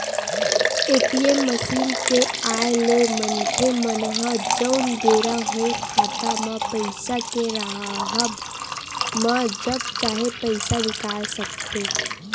ATM machine के आय ले मनखे मन ह जउन बेरा होय खाता म पइसा के राहब म जब चाहे पइसा निकाल सकथे